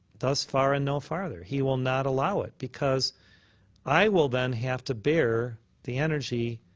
thus far and no farther he will not allow it, because i will then have to bear the energy